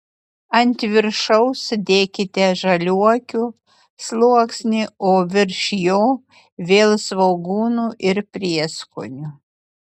ant viršaus dėkite žaliuokių sluoksnį o virš jo vėl svogūnų ir prieskonių